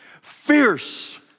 Fierce